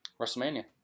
WrestleMania